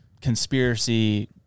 conspiracy